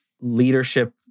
leadership